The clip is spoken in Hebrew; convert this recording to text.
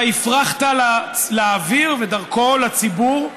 אתה הפרחת לאוויר, ודרכו, לציבור,